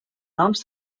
noms